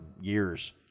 years